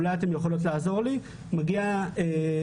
אולי אתן יכולות לעזור לי מגיע לרמות